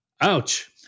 Ouch